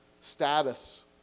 status